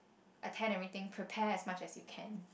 attend everything prepare as much as you can